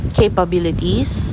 capabilities